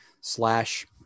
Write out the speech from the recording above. slash